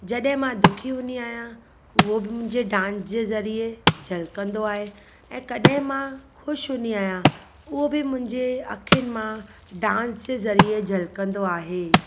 जॾहिं मां दुखी हूंदी आहियां उहो बि मुंहिंजे डांस जे ज़रिए झलकंदो आहे ऐं कॾहिं मां ख़ुशि हूंदी आहियां उहो बि मुंहिंजे अखियुनि मां डांस जे ज़रिए झलकंदो आहे